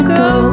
go